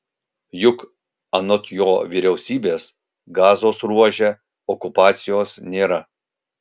juk anot jo vyriausybės gazos ruože okupacijos nėra